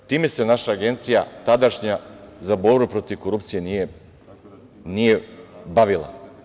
Time se naša tadašnja Agencija za borbu protiv korupcije nije bavila.